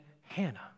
Hannah